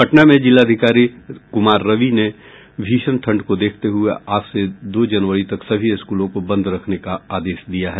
पटना में जिलाधिकारी कुमार रवि ने भीषण ठंड को देखते हुए आज से दो जनवरी तक सभी स्कूलों को बंद रखने का आदेश दिया है